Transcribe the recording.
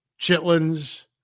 chitlins